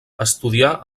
estudià